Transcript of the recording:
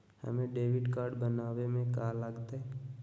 हमें debit card बनाने में का लागत?